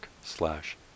slash